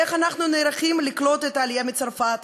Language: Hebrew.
איך אנחנו נערכים לקלוט את העלייה מצרפת,